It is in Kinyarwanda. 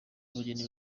abageni